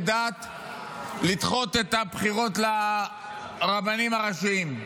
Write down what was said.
דת לדחות את הבחירות לרבנים הראשיים,